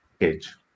Edge